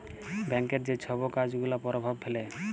ব্যাংকের যে ছব কাজ গুলা পরভাব ফেলে